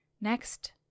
Next